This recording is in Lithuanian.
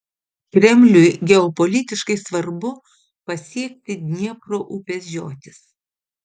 kremliui geopolitiškai svarbu pasiekti dniepro upės žiotis